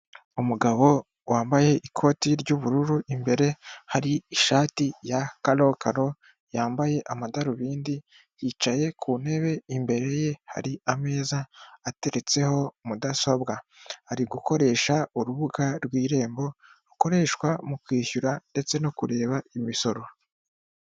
Umugabo wambaye ikoti ry'ubururu, imbere hari ishati ya karokaro, yambaye amadarubindi, yicaye ku ntebe, imbere ye hari ameza ateretseho mudasobwa. Ari gukoresha urubuga rw'irembo, rukoreshwa mu kwishyura ndetse no kureba imisoro.